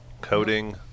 coding